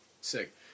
Sick